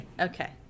Okay